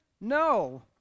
No